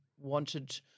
wanted